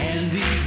Andy